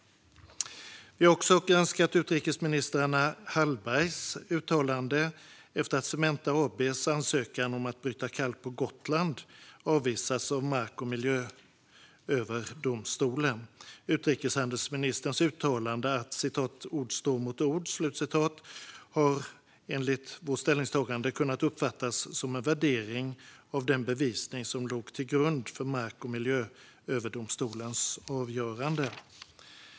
Vi har också granskat utrikeshandelsminister Hallbergs uttalande efter att Cementa AB:s ansökan om att bryta kalk på Gotland avvisats av Mark och miljööverdomstolen. Utrikeshandelsministerns uttalande att "ord står mot ord" har enligt vårt ställningstagande kunnat uppfattas som en värdering av den bevisning som låg till grund för Mark och miljööverdomstolens avgörande.